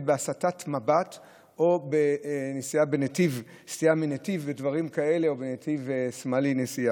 בהסטת מבט או בסטייה מנתיב או בנסיעה בנתיב שמאלי.